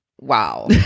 Wow